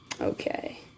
Okay